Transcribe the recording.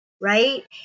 right